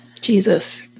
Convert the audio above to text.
Jesus